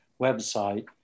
website